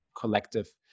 collective